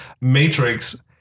Matrix